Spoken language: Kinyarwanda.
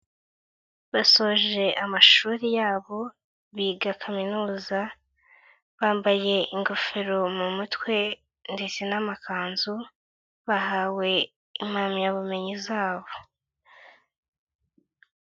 Basoje amashuri yabo biga kaminuza, bambaye ingofero mu mutwe ndetse n'amakanzu, bahawe impamyabumenyi zabo.